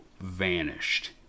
vanished